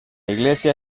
iglesia